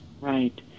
right